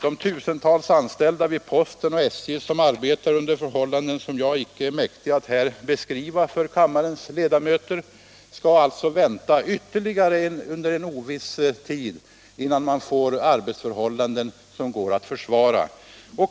De tusentals anställda vid posten och SJ som arbetar under förhållanden som jag inte är mäktig att här beskriva för kammarens ledamöter skall alltså vänta ytterligare under en oviss tid, innan de får arbetsförhållanden som går att försvara.